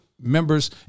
members